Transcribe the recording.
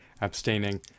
abstaining